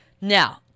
Now